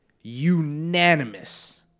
unanimous